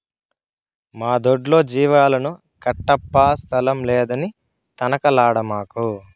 మా దొడ్లో జీవాలను కట్టప్పా స్థలం లేదని తనకలాడమాకు